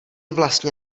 vlastně